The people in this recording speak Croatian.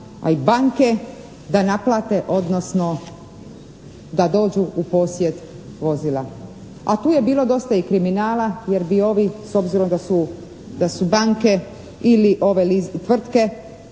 a i banke da naplate, odnosno da dođu u posjed vozila, a tu je bilo dosta i kriminala jer i ovi s obzirom da su banke ili ove tvrtke